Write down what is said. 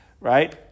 right